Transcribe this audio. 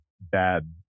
bad